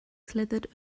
slithered